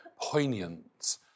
poignant